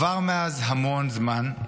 מאז עבר המון זמן,